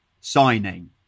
signing